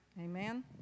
Amen